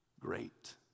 great